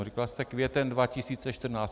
Říkal jste květen 2014.